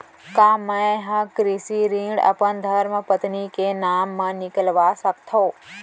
का मैं ह कृषि ऋण अपन धर्मपत्नी के नाम मा निकलवा सकथो?